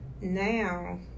now